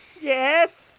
Yes